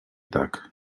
tak